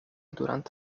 durante